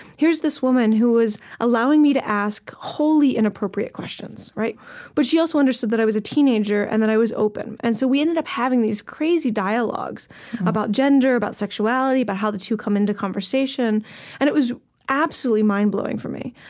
here's this woman who was allowing me to ask wholly inappropriate questions. but she also understood that i was a teenager and that i was open. and so we ended up having these crazy dialogues about gender, about sexuality, about but how the two come into conversation and it was absolutely mind-blowing for me.